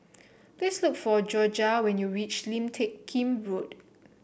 please look for Jorja when you reach Lim Teck Kim Road